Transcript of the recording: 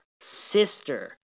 sister